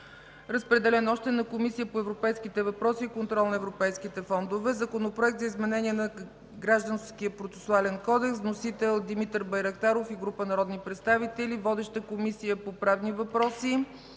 Разпределен е на Комисията по европейските въпроси и контрол на европейските фондове. Законопроект за изменение на Гражданския процесуален кодекс. Вносител – Димитър Байрактаров и група народни представители. Водеща е Комисията по правни въпроси.